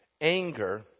anger